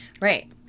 Right